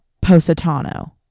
positano